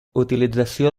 utilització